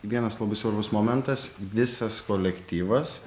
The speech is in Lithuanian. vienas labai svarbus momentas visas kolektyvas